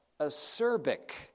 acerbic